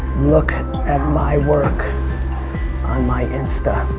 look at my work on my insta.